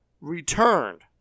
returned